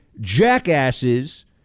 jackasses